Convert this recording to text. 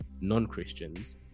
non-Christians